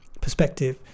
perspective